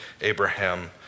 Abraham